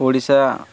Odisha